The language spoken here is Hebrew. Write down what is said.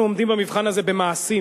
אנחנו עומדים במבחן הזה במעשים,